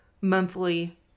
monthly